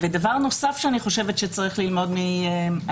דבר נוסף שאני חושבת שצריך ללמוד מהתיקון